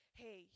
hey